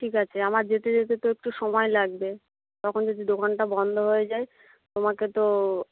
ঠিক আছে আমার যেতে যেতে তো একটু সময় লাগবে তখন যদি দোকানটা বন্ধ হয়ে যায় তোমাকে তো